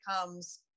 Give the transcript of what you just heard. comes